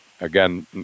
again